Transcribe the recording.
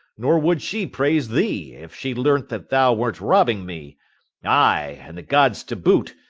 nor would she praise thee, if she learnt that thou wert robbing me aye and the gods to boot,